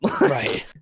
right